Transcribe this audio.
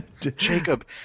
Jacob